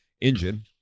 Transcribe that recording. engine